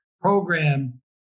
program